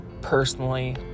personally